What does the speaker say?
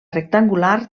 rectangular